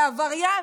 לעבריין?